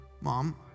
mom